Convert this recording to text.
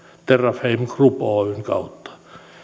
terrafame group oyn kautta